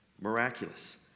miraculous